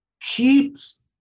keeps